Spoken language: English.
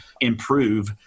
improve